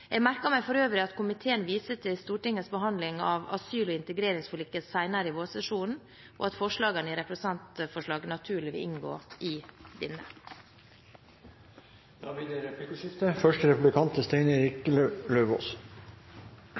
meg for øvrig at komiteen viser til Stortingets behandling av asyl- og integreringsforliket senere i vårsesjonen, og at forslagene i representantforsalget naturlig vil inngå i denne. Det blir replikkordskifte.